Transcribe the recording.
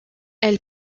elle